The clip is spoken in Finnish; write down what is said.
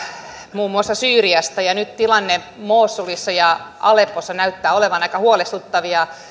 muun muassa syyriasta ja nyt tilanne mosulissa ja aleppossa näyttää olevan aika huolestuttava